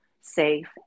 safe